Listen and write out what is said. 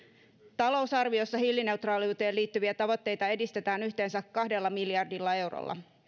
talousarviossa hiilineutraaliuteen liittyviä tavoitteita edistetään yhteensä kahdella miljardilla eurolla